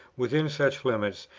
within such limits,